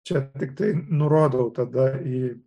čia tiktai nurodau tada į